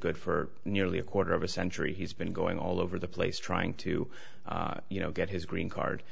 good for nearly a quarter of a century he's been going all over the place trying to you know get his green card